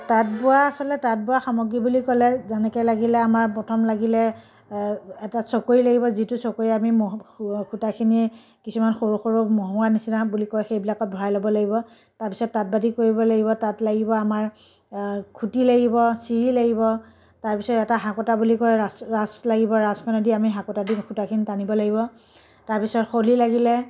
তাঁত বোৱা আচলতে তাঁত বোৱা সামগ্ৰী বুলি ক'লে যেনেকে লাগিলে আমাৰ প্ৰথম লাগিলে এটা চকৰি লাগিব যিটো চকৰি আমি ম সূতাখিনি কিছুমান সৰু সৰু মহুৰা নিচিনা বুলি কয় সেইবিলাকত ভৰাই ল'ব লাগিব তাৰ পিছত তাঁতবাতি কৰিব লাগিব তাত লাগিব আমাৰ খুটী লাগিব চিৰি লাগিব তাৰ পিছত এটা হাকোটা বুলি কয় ৰাঁচ ৰাঁচ লাগিব ৰাঁচখন যদি আমি হাকোটা দি সূতাখিনি টানিব লাগিব তাৰ পিছত শলি লাগিলে